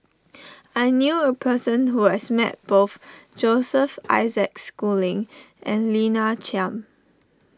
I knew a person who has met both Joseph Isaac Schooling and Lina Chiam